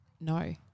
no